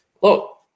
Look